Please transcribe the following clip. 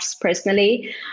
personally